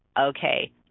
Okay